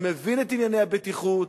אני מבין את ענייני הבטיחות,